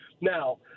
Now